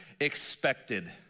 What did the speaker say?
expected